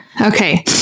Okay